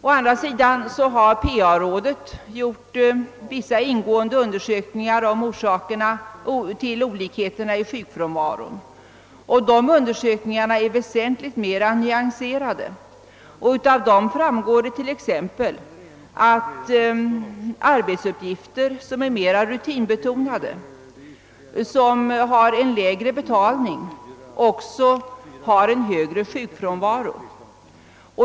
Å andra sidan har PR-rådet gjort vissa ingående undersökningar om orsakerna till olikheterna i sjukfrånvaron. Dessa undersökningar är väsentligt mera nyanserade. Av dem framgår t.ex. att anställda med arbetsuppgifter som är mera rutinbetonade och lägre betalda också har en högre sjukfrånvaro.